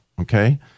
okay